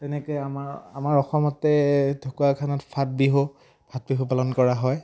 তেনেকৈ আমাৰ আমাৰ অসমতে ঢকুৱাখানত ফাট বিহু ফাট বিহু পালন কৰা হয়